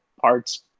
parts